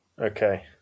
Okay